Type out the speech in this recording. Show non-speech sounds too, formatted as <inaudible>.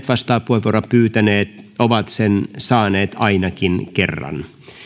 <unintelligible> vastauspuheenvuoroa pyytäneet ovat sen saaneet ainakin kerran